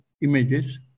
images